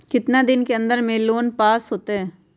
कितना दिन के अन्दर में लोन पास होत?